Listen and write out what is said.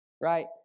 Right